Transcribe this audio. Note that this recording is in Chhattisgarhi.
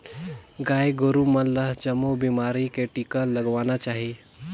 गाय गोरु मन ल जमो बेमारी के टिका लगवाना चाही